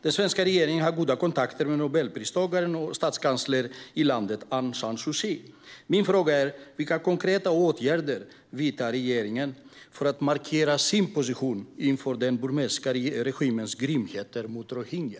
Den svenska regeringen har goda kontakter med Nobelpristagaren och statskanslern i landet Aung San Suu Kyi. Vilka konkreta åtgärder vidtar regeringen för att markera sin position inför den burmesiska regimens grymheter mot rohingya?